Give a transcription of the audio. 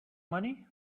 money